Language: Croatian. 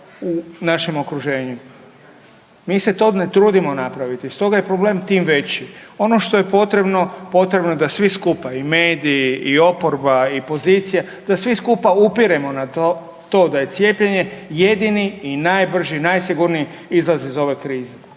u našem okruženju. Mi se to ne trudimo napraviti, stoga je problem tim veći. Ono što je potrebno, potrebno je da svi skupa i mediji, i oporba i pozicija da svi skupa upiremo na to da je cijepljenje jedini i najbrži, najsigurniji izlaz iz ove krize.